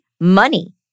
money